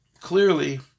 clearly